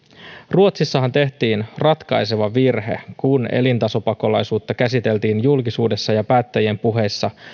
ruotsissahan tehtiin ratkaiseva virhe kun elintasopakolaisuutta käsiteltiin julkisuudessa ja päättäjien puheissa